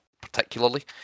particularly